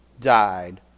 died